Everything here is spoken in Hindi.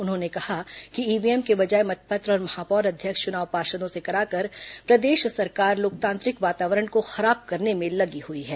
उन्होंने कहा है कि ईव्हीएम के बजाए मतपत्र और महापौर अध्यक्ष चुनाव पार्षदों से कराकर प्रदेश सरकार लोकतांत्रिक वातावरण को खराब करने में लगी हुई है